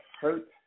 hurt